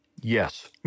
Yes